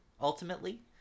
ultimately